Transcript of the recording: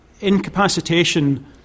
incapacitation